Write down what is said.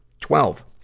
Twelve